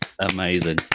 Amazing